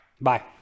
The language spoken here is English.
Bye